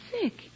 sick